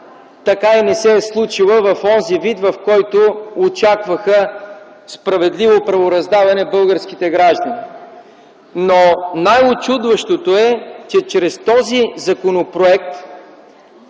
така и не се е случила в онзи вид, в който очакваха справедливо правораздаване българските граждани. Но най-учудващото е, че чрез този законопроект